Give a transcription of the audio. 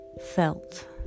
felt